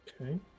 Okay